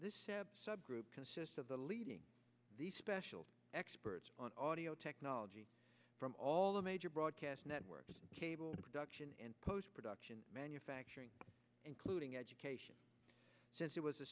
this subgroup consists of the leading the special experts on audio technology from all the major broadcast networks cable production and postproduction manufacturing including education since it was